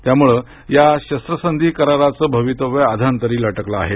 त्यामुळ या शस्त्रसंधी कराराच भवितव्य अधांतरी लटकल आहे